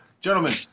gentlemen